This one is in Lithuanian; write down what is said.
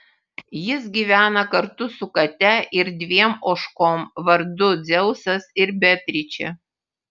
jis gyvena kartu su kate ir dviem ožkom vardu dzeusas ir beatričė